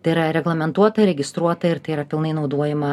tai yra reglamentuota registruota ir tai yra pilnai naudojama